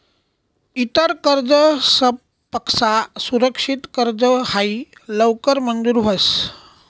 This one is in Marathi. इतर कर्जसपक्सा सुरक्षित कर्ज हायी लवकर मंजूर व्हस